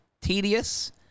tedious